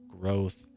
growth